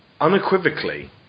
unequivocally